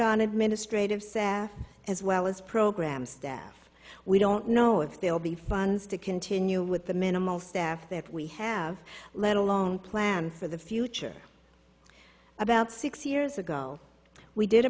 on administrative sath as well as program staff we don't know if they'll be funds to continue with the minimal staff that we have let alone plan for the future about six years ago we did a